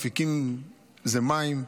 "אפיקים" זה מים.